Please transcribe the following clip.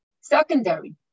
secondary